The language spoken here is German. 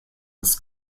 ist